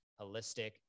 holistic